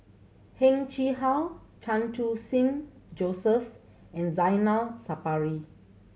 Heng Chee How Chan Khun Sing Joseph and Zainal Sapari